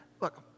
Look